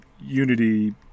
Unity